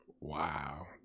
Wow